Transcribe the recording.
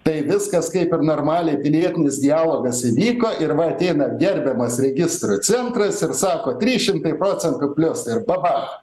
tai viskas kaip ir normaliai pilietinis dialogas įvyko ir va ateina gerbiamas registrų centras ir sako trys šimtai procentų plius ir babach